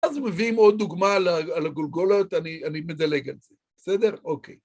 אז מביאים עוד דוגמה על הגולגולות, אני מדלג על זה, בסדר? אוקיי.